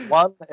one